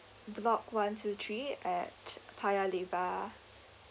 block one two three at paya lebar